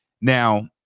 Now